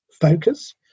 focus